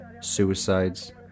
suicides